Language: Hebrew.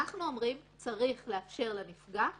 אנחנו אומרים, צריך לאפשר לנפגע לבחור.